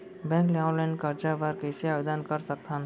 Bank ले online करजा बर कइसे आवेदन कर सकथन?